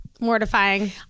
Mortifying